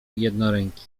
jednoręki